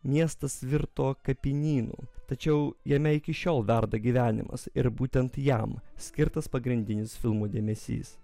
miestas virto kapinynu tačiau jame iki šiol verda gyvenimas ir būtent jam skirtas pagrindinis filmo dėmesys